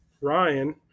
Ryan